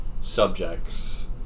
subjects